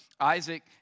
Isaac